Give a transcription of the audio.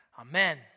Amen